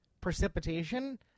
precipitation